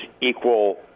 equal